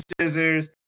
scissors